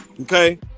Okay